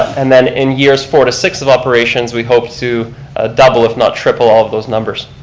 and then in years four to six of operations we hope to double, if not triple, all of those numbers.